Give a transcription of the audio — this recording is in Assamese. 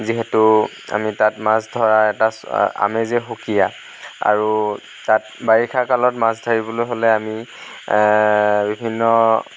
যিহেতু আমি তাত মাছ ধৰাৰ এটা আমেজেই সুকীয়া আৰু তাত বাৰিষা কালত মাছ ধৰিবলৈ হ'লে আমি বিভিন্ন